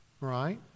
Right